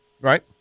Right